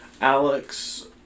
Alex